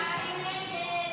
לא נתקבלה.